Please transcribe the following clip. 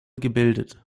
gebildet